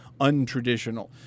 untraditional